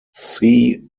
see